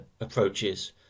approaches